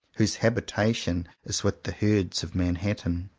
whose habitation is with the herds of manhattan.